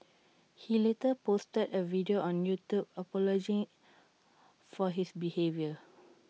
he later posted A video on YouTube apology for his behaviour